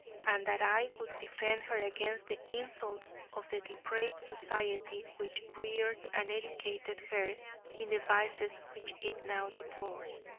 and that i would defend her against the insults of the depraved society which reared and educated her in the vices which it now deplores.